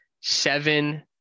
seven